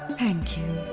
thank you.